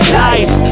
life